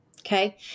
okay